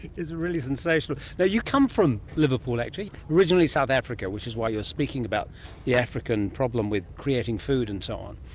really sensational. yeah you come from liverpool actually, originally south africa which is why you're speaking about the african problem with creating food and so on.